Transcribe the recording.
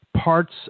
parts